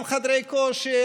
גם חדרי כושר,